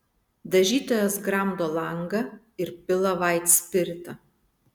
dažytojas gramdo langą ir pila vaitspiritą